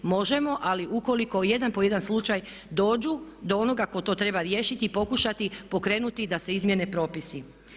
Možemo ali ukoliko jedan po jedan slučaj dođu do onoga tko to treba riješiti i pokušati pokrenuti da se izmjene propisi.